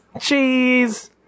Cheese